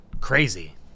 crazy